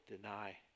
deny